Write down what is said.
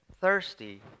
thirsty